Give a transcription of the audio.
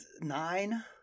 nine